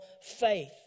faith